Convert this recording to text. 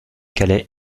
calais